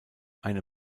eine